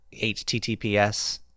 HTTPS